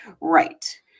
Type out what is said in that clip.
Right